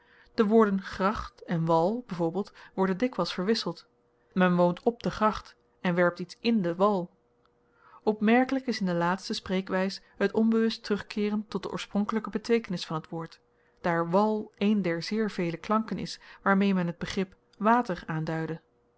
de woorden gracht en wal byv worden dikwyls verwisseld men woont op de gracht en werpt iets in den wal opmerkelyk is in de laatste spreekwys het onbewust terugkeeren tot de oorspronkelyke beteekenis van t woord daar wal een der zeer vele klanken is waarmee men t begrip water aanduidde